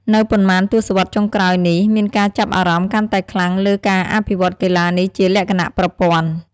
នៅប៉ុន្មានទសវត្សរ៍ចុងក្រោយនេះ មានការចាប់អារម្មណ៍កាន់តែខ្លាំងលើការអភិវឌ្ឍកីឡានេះជាលក្ខណៈប្រព័ន្ធ។